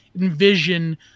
envision